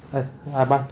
!hais! rabak